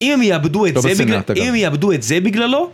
אם הם יאבדו את זה בגלל, אם הם יאבדו את זה בגללו?